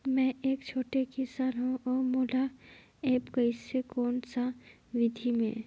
मै एक छोटे किसान हव अउ मोला एप्प कइसे कोन सा विधी मे?